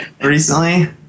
recently